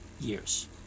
years